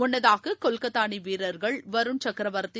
முன்னதாக கொல்கத்தா அணி வீரர்கள் வருன் சக்கரவர்த்தி